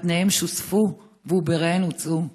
בטניהן שוספו ועובריהן הוצאו.